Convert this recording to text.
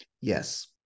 Yes